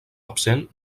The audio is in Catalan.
absent